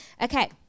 Okay